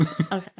Okay